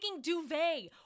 duvet